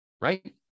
right